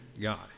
God